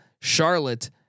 Charlotte